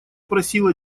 просила